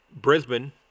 Brisbane